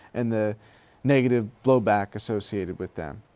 and the negative blowback associated with them.